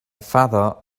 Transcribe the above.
father